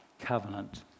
covenant